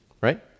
Right